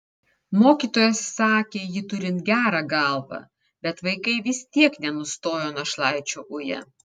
mokytojas sakė jį turint gerą galvą bet vaikai vis tiek nenustojo našlaičio uję